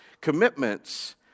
commitments